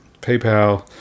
PayPal